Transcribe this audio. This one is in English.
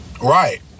Right